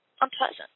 unpleasant